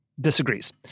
disagrees